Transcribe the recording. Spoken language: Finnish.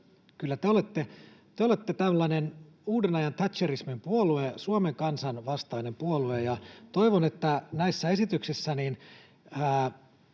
Kyllä te olette tällainen uuden ajan thatcherismin puolue, Suomen kansan vastainen puolue. Toivon, että näissä esityksissä